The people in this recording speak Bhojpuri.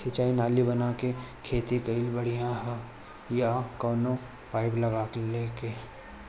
सिंचाई नाली बना के खेती कईल बढ़िया ह या कवनो पाइप लगा के?